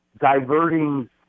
diverting